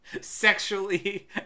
sexually